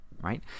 right